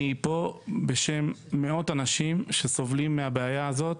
אני פה בשם מאות אנשים שסובלים מהבעיה הזאת,